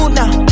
now